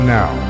now